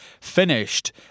finished